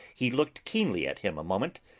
he looked keenly at him a moment,